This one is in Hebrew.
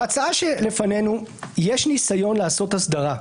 בהצעה שלפנינו יש ניסיון לעשות הסדרה,